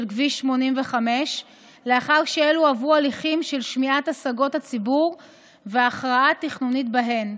כביש 85 לאחר שעברו הליכים של שמיעת השגות הציבור והכרעה תכנונית בהן,